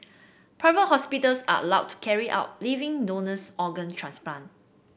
private hospitals are allowed to carry out living donors organ transplant